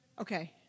okay